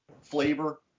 flavor